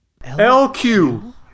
LQ